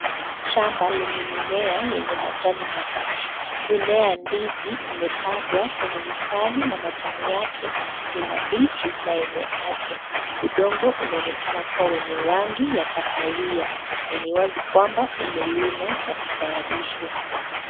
Shamba lenye mimea yenye majani mabichi mimea hizi imepandwa kwenye mistari na majani yake ni mabichi na yenye afia. Udongo unaonekana kua wenye rangi ya kahawia na ni wazi kua umelimwa na kutayarishwa.